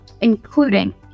including